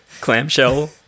clamshell